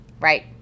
Right